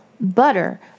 Butter